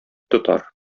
тотар